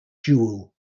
jewel